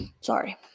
Sorry